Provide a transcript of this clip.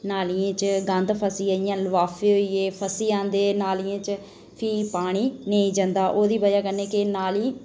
नालियें च गंद फस्सी जंदा लफाफे फसी जंदे ते फ्ही पानी नेईं जंदा ते प्ही ओह्दी बजह कन्नै के नाली